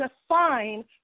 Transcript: define